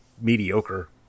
mediocre